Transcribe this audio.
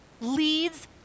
leads